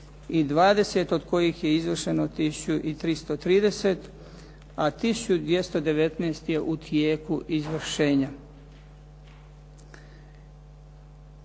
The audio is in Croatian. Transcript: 3020, od kojih je izvršeno 1330, a 1219 je u tijeku izvršenja.